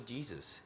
Jesus